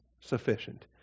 sufficient